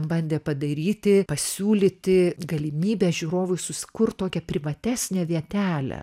bandė padaryti pasiūlyti galimybę žiūrovui susikurt tokią privatesnę vietelę